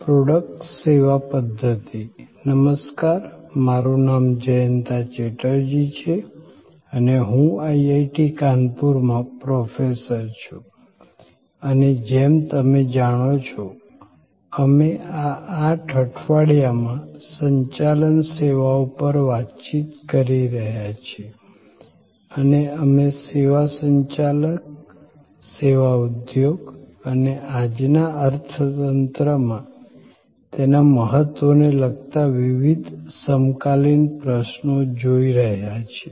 product સેવા પધ્ધતિ નમસ્કાર મારું નામ જયંતા ચેટર્જી છે અને હું IIT કાનપુરમાં પ્રોફેસર છું અને જેમ તમે જાણો છો અમે આ 8 અઠવાડિયામાં સંચાલન સેવાઓ પર વાતચીત કરી રહ્યા છીએ અને અમે સેવા સંચાલક સેવા ઉધોગ અને આજના અર્થતંત્રમાં તેના મહત્વને લગતા વિવિધ સમકાલીન પ્રશ્નો જોઈ રહ્યા છીએ